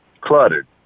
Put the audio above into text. cluttered